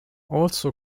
also